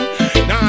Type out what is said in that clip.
Now